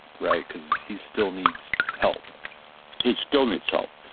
right? because he still needs help he still needs help.